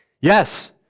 Yes